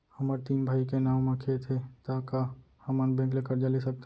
हमर तीन भाई के नाव म खेत हे त का हमन बैंक ले करजा ले सकथन?